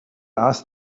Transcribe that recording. asked